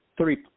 Three